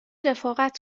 رفاقت